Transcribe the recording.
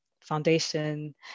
foundation